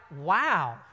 wow